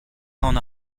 ran